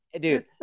Dude